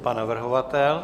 Pan navrhovatel?